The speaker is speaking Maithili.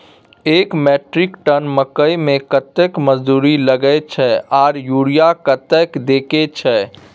एक मेट्रिक टन मकई में कतेक मजदूरी लगे छै आर यूरिया कतेक देके छै?